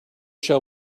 shall